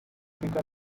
bigger